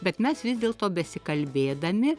bet mes vis dėlto besikalbėdami